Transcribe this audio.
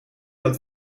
dat